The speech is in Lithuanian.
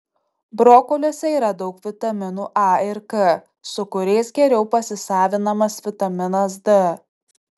brokoliuose yra daug vitaminų a ir k su kuriais geriau pasisavinamas vitaminas d